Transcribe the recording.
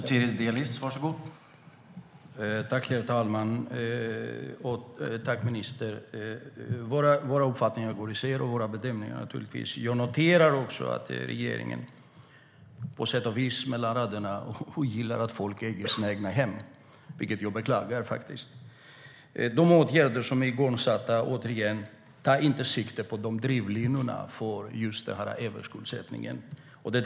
Herr talman! Jag tackar ministern. Våra uppfattningar och bedömningar går naturligtvis isär. Jag noterar också att regeringen "mellan raderna" på sätt och vis ogillar att folk äger sina egna hem, vilket jag beklagar. Återigen: De åtgärder som är igångsatta tar inte sikte på drivlinorna för överskuldsättningen.